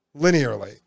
linearly